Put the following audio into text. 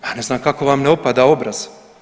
Pa ne znam kako vam ne opada obraz?